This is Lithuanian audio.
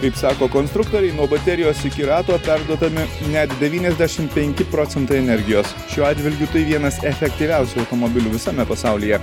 kaip sako konstruktoriai nuo baterijos iki rato perduodami net devyniasdešimt penki procentai energijos šiuo atžvilgiu tai vienas efektyviausių automobilių visame pasaulyje